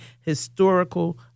historical